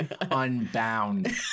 Unbound